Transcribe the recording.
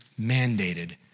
mandated